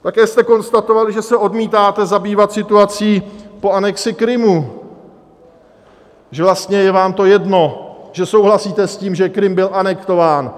Také jste konstatovali, že se odmítáte zabývat situací po anexi Krymu, že vlastně je vám to jedno, že souhlasíte s tím, že Krym byl anektován.